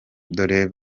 dore